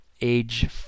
age